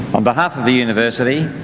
on behalf of the university,